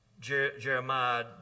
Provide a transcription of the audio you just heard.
Jeremiah